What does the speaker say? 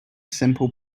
simple